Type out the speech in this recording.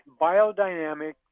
biodynamic